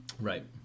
Right